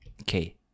Okay